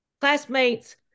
classmates